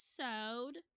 episode